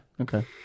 Okay